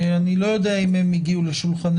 אני לא יודע אם הן הגיעו לשולחננו.